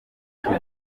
cumi